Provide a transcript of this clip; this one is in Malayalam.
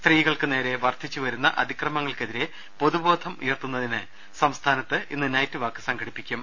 സ്ത്രീകൾക്കുനേരെ വർധിച്ചുവരുന്ന അതിക്രമങ്ങൾക്കെതിരേ പൊതുബോധം ഉയർത്തുന്നതിന് സംസ്ഥാനത്ത് ഇന്ന് നൈറ്റ് വാക്ക് സംഘടിപ്പിക്കും